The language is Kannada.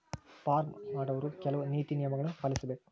ಪಾರ್ಮ್ ಮಾಡೊವ್ರು ಕೆಲ್ವ ನೇತಿ ನಿಯಮಗಳನ್ನು ಪಾಲಿಸಬೇಕ